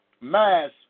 mass